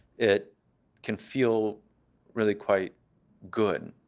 it can feel really quite good.